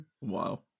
Wow